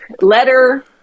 letter